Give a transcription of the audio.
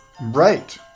right